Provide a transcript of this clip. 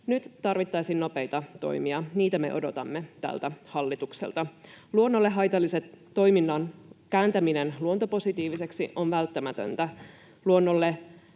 Nyt tarvittaisiin nopeita toimia. Niitä me odotamme tältä hallitukselta. Luonnolle haitallisen toiminnan kääntäminen luontopositiiviseksi on välttämätöntä.